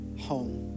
home